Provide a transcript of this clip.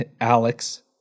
Alex